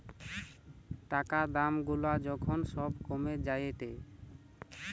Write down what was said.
টাকা দাম গুলা যখন সব কমে যায়েটে